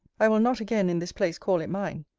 i will not again in this place call it mine.